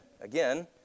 again